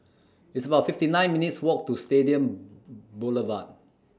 It's about fifty nine minutes' Walk to Stadium Boulevard